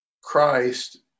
Christ